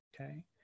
Okay